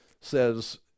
says